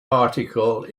article